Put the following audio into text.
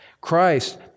Christ